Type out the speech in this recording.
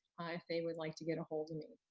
if they would like to get a hold of me.